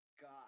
God